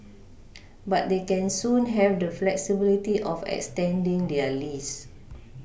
but they can soon have the flexibility of extending their lease